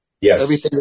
Yes